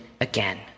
again